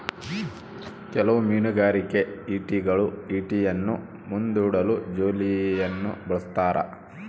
ಕೆಲವು ಮೀನುಗಾರಿಕೆ ಈಟಿಗಳು ಈಟಿಯನ್ನು ಮುಂದೂಡಲು ಜೋಲಿಯನ್ನು ಬಳಸ್ತಾರ